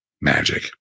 magic